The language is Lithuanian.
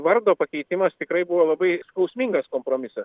vardo pakeitimas tikrai buvo labai skausmingas kompromisas